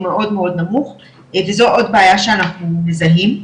מאוד מאוד נמוך וזו עוד בעיה שאנחנו מזהים,